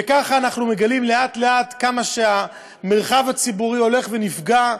וככה אנחנו מגלים לאט-לאט כמה שהמרחב הציבורי הולך ונפגע,